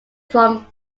from